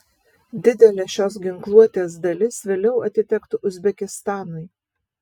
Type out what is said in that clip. didelė šios ginkluotės dalis vėliau atitektų uzbekistanui